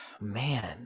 man